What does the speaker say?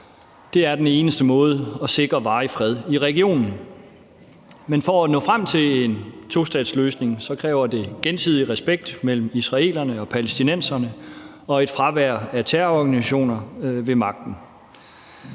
Det er den eneste måde at sikre varig fred i regionen på. Men for at nå frem til en tostatsløsning kræver det gensidig respekt mellem israelerne og palæstinenserne og et fravær af terrororganisationer ved magten,